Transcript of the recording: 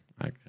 Okay